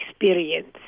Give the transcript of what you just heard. experience